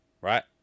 right